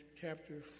chapter